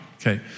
Okay